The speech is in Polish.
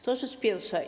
To rzecz pierwsza.